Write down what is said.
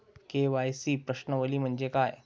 KYC प्रश्नावली म्हणजे काय?